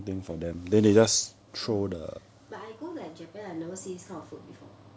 but I go like japan I never see this kind of food before